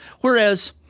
Whereas –